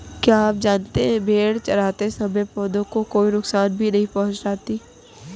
क्या आप जानते है भेड़ चरते समय पौधों को कोई नुकसान भी नहीं पहुँचाती